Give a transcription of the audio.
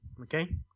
Okay